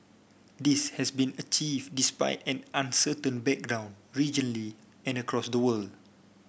this has been achieved despite an uncertain background regionally and across the world